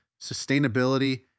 sustainability